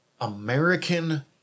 American